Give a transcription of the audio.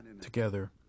together